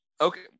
Okay